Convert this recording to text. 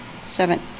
seven